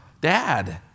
Dad